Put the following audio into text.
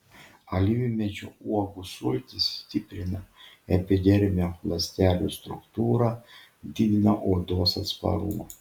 alyvmedžio uogų sultys stiprina epidermio ląstelių struktūrą didina odos atsparumą